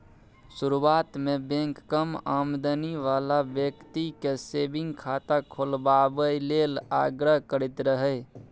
शुरुआत मे बैंक कम आमदनी बला बेकती केँ सेबिंग खाता खोलबाबए लेल आग्रह करैत रहय